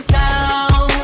town